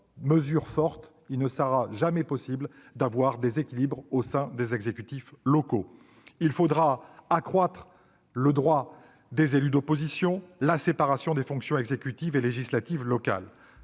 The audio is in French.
mesures fortes, il ne sera jamais possible d'atteindre des équilibres au sein des exécutifs locaux ! Il convient également d'accroître les droits des élus d'opposition, d'assurer la séparation des fonctions exécutives et législatives locales